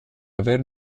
aver